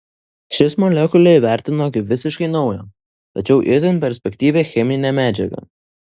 šis molekulę įvertino kaip visiškai naują tačiau itin perspektyvią cheminę medžiagą